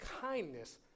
kindness